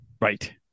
Right